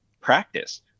practice